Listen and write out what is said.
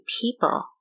people